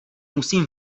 musím